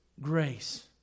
grace